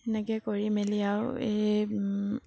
এনেকৈ কৰি মেলি আৰু এই